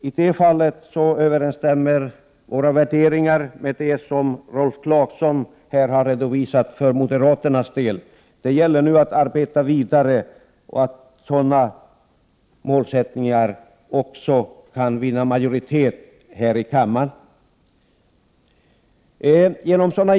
I det fallet överensstämmer våra värderingar med det som Rolf Clarkson har redovisat för moderaterna. Det gäller nu att arbeta vidare så att sådana målsättningar också kan vinna majoritet i kammaren.